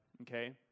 okay